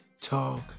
talk